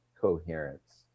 coherence